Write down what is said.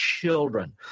children